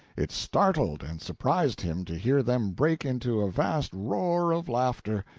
it startled and surprised him to hear them break into a vast roar of laughter.